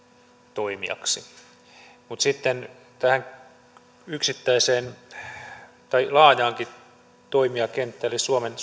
toimijaksi mutta sitten tähän yksittäiseen tai laajaankin toimijakenttään eli suomen